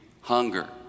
hunger